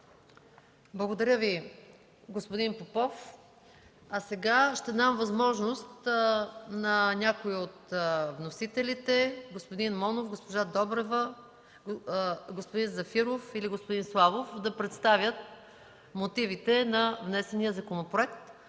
Благодаря Ви, господин Попов. Сега ще дам възможност на някой от вносителите – господин Монов, госпожа Добрева, господин Зафиров или господин Славов да представят мотивите към внесения законопроект.